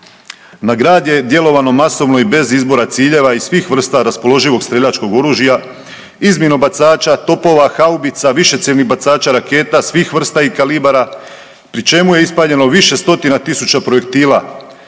Na grad je djelovano masovno i bez izbora ciljeva i svih vrsta raspoloživog streljačkog oružja iz minobacača, topova, haubica, višecjevnih bacača raketa svih vrsta i kalibara pri čemu je ispaljeno više stotina tisuća projektila.